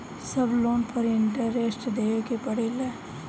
सब लोन पर इन्टरेस्ट देवे के पड़ेला?